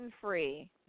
free